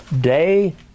Day